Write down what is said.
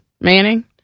Manning